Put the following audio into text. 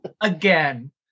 again